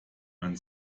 man